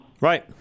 Right